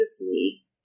beautifully